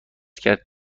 کرد